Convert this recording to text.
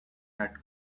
had